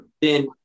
then-